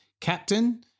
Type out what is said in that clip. Captain